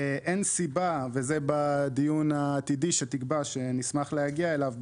אין סיבה וזה בדיון העתידי שתקבע שנשמח להגיע אליו,